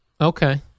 Okay